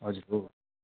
हजुर हो